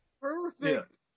Perfect